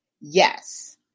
yes